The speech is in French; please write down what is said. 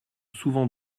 souvent